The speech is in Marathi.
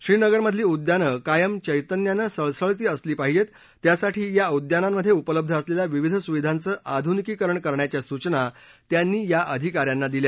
श्रीनगरमधली उद्यानं कायम चैतन्यानं सळसळती असली पाहीजेत त्यासाठी या उद्यांनामधे उपलब्ध असलेल्या विविध सुविधांचं आधुनिकीकरण करण्याच्या सूचना त्यांनी या अधिकाऱ्यांना दिल्या